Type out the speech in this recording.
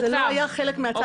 זה לא היה חלק מהצו,